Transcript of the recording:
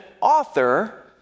author